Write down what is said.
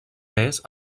més